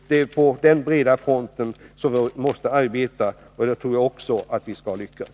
Det är på den breda fronten som vi måste arbeta. Där tror jag också att vi skall lyckas.